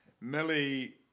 Millie